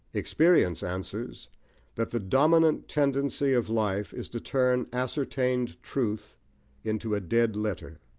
experience answers that the dominant tendency of life is to turn ascertained truth into a dead letter,